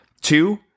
Two